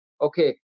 okay